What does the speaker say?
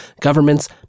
governments